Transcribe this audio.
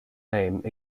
name